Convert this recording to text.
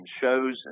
shows